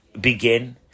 begin